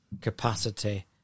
capacity